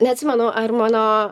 neatsimenu ar mano